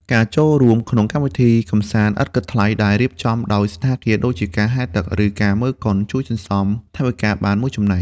ការចូលរួមក្នុងកម្មវិធីកម្សាន្តឥតគិតថ្លៃដែលរៀបចំដោយសណ្ឋាគារ ដូចជាការហែលទឹក ឬការមើលកុន ជួយសន្សំថវិកាបានមួយចំណែក។